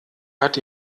hat